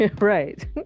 Right